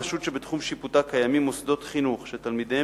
רשות שבתחום שיפוטה קיימים מוסדות חינוך שתלמידיהם